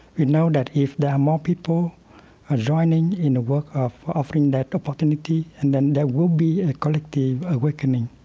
you know that if there are more people ah joining in the work of offering that opportunity, and then there will be a collective awakening